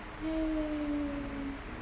!yay!